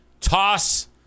toss